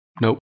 Nope